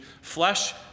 Flesh